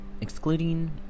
Excluding